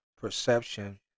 perception